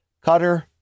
Cutter